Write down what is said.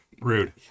Rude